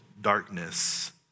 darkness